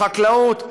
לחקלאות,